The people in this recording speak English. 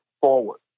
forward